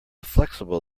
flexible